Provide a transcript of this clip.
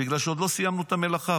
בגלל שעוד לא סיימנו את המלאכה.